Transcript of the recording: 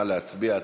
נא להצביע.